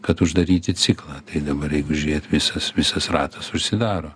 kad uždaryti ciklą tai dabar jeigu žiūrėt visas visas ratas užsidaro